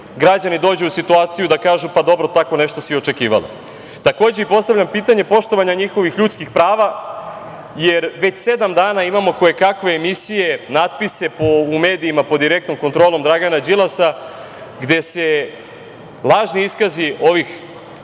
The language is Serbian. građani dođu u situaciju da kažu – pa dobro, tako nešto se i očekivalo. Takođe postavljam pitanje poštovanja njihovih ljudskih prava, jer već sedam dana imamo koje kakve emisije, natpise u medijima, pod direktnom kontrolom Dragana Đilasa gde se lažni iskazi ovih